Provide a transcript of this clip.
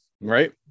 right